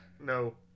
No